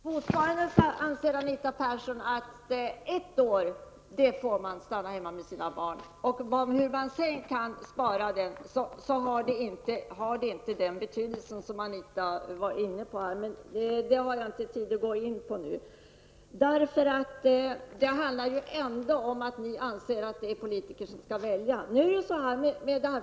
Herr talman! Fortfarande anser Anita Persson att man skall få stanna hemma med sina barn under ett år. Men hur man än delar upp föräldraförsäkringen under detta år har den inte den betydelse som Anita Persson sade. Detta har jag emellertid inte tid att nu gå in på. Vad det handlar om är att ni socialdemokrater anser att det är politikerna som skall välja åt folk.